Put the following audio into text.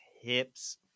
hips